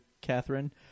Catherine